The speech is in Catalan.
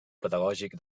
pedagògic